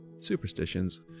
superstitions